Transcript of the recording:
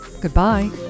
Goodbye